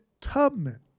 Tubman